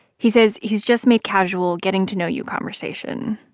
he says he's just made casual, getting-to-know-you conversation,